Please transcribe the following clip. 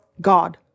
God